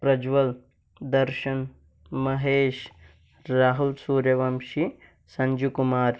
Prajwal Darshan Mahesh Rahul Suryavanshi Sanju Kumar